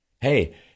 hey